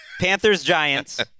Panthers-Giants